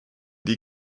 die